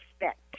expect